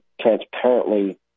transparently